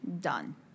Done